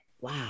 wow